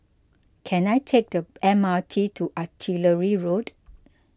can I take the M R T to Artillery Road